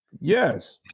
Yes